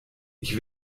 ich